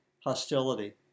hostility